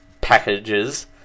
packages